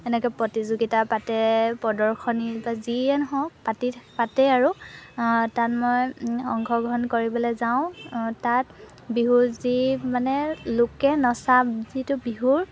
এনেকৈ প্ৰতিযোগিতা পাতে প্ৰদৰ্শনী বা যিয়ে নহওক পাতি পাতে আৰু তাত মই অংশগ্ৰহণ কৰিবলৈ যাওঁ তাত বিহু যি মানে লোকে নচা যিটো বিহুৰ